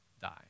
die